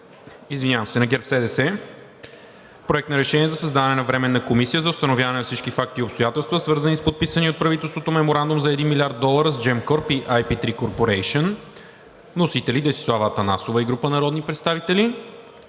група на ГЕРБ-СДС – Проект на решение за създаване на Временна комисия за установяване на всички факти и обстоятелства, свързани с подписания от правителството Меморандум за 1 млрд. долара с Gеmcorp и IP3 Corporation. Вносители са Десислава Атанасова и група народни представители